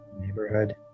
neighborhood